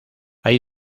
hay